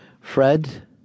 Fred